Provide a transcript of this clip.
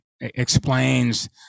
explains